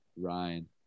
Ryan